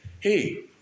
hey